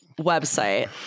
website